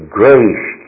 grace